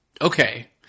Okay